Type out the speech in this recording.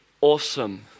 awesome